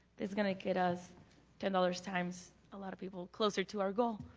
this going to get us ten dollars times a lot of people closer to our goal.